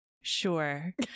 Sure